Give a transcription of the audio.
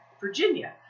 Virginia